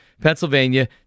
Pennsylvania